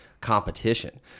competition